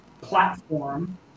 platform